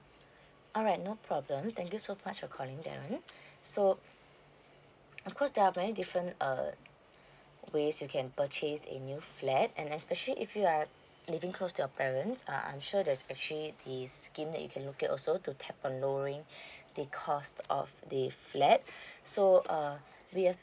alright no problem thank you so much for calling them so of course there are many different uh ways you can purchase a new flat and especially if you are living close to your parents uh I'm sure there's actually the scheme that you can look at also to tap on lowering the cost of the flat so uh we've